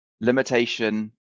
limitation